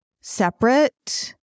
Separate